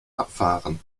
abfahren